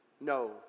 No